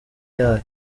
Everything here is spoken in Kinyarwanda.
yayo